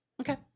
Okay